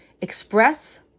express